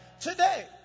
Today